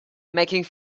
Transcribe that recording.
making